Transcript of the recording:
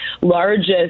largest